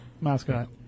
mascot